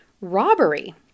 robbery